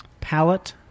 palette